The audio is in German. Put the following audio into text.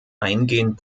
eingehend